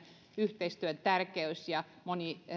yhteistyön tärkeys ja